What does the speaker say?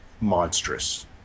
monstrous